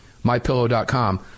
MyPillow.com